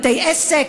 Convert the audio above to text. בתי עסק,